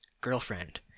girlfriend